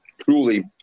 truly